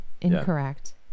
Incorrect